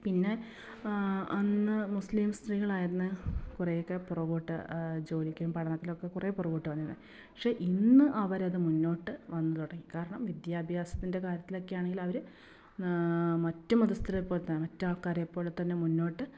പിന്നെ അന്ന് മുസ്ലിം സ്ത്രീകളായിരുന്നു കുറേ ഒക്കെ പുറകോട്ട് ജോലിക്കും പഠനത്തിലും ഒക്കെ കുറേ പുറകോട്ട് വന്നിരുന്നത് പക്ഷേ ഇന്ന് അവർ അത് മുന്നോട്ട് വന്ന് തുടങ്ങി കാരണം വിദ്യാഭ്യാസത്തിൻ്റെ കാര്യത്തിലൊക്കെ ആണെങ്കിലവർ മറ്റ് മതസ്ഥരെ പോലെ തന്നെ മാറ്റാൾക്കാരെ പോലെ തന്നെ മുന്നോട്ട്